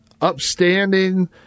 upstanding